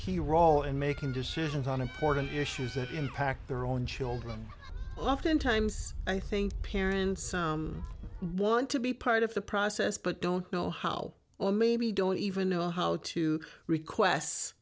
key role in making decisions on important issues that impact their own children well oftentimes i think parents want to be part of the process but don't know how well maybe don't even know how to requests